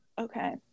Okay